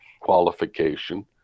qualification